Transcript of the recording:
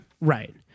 Right